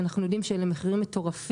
שאנחנו יודעים שאלה מחירים מטורפים